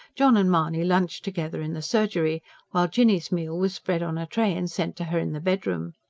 john and mahony lunched together in the surgery while jinny's meal was spread on a tray and sent to her in the bedroom.